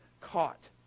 caught